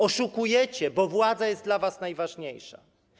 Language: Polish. Oszukujecie, bo władza jest dla was najważniejsza.